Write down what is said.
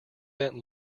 bent